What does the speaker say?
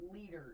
leaders